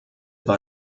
war